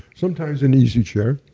sometimes an easy chair,